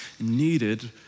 needed